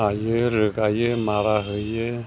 हायो रोगायो मारा होयो